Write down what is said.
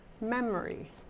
memory